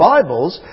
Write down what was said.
Bibles